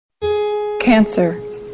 Cancer